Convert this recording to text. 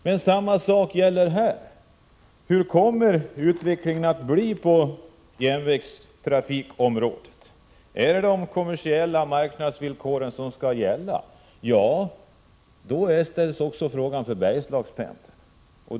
Men samma sak gäller här. Hur kommer utvecklingen att bli på järnvägstrafikområdet? Är det de kommersiella marknadsvillkoren som skall gälla? Ja, då ställs den frågan också för Bergslagspendeln.